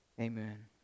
amen